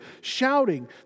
shouting